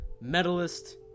medalist